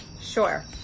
Sure